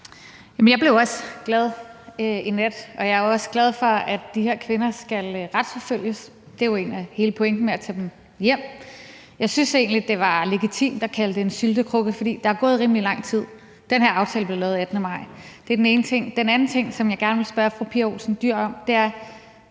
Jeg blev også glad i nat. Og jeg er også glad for, at de her kvinder skal retsforfølges – det er jo hele pointen med at tage dem hjem. Jeg synes egentlig, at det var legitimt at kalde det en syltekrukke, for der er gået rimelig lang tid. Den her aftale blev lavet den 18. maj. Det er den ene ting. Den anden ting, som jeg gerne vil spørge fru Pia Olsen Dyhr om, er,